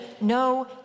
no